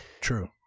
True